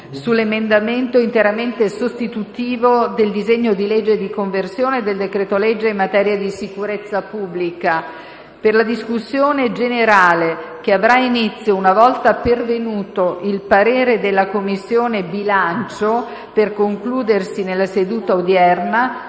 sull'emendamento interamente sostitutivo del disegno di legge di conversione del decreto-legge in materia di sicurezza pubblica. Per la discussione, che avrà inizio una volta pervenuto il parere della Commissione bilancio, per concludersi nella seduta odierna,